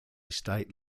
state